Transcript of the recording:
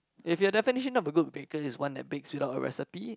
if your definition about a good baker is one that bakes without a recipe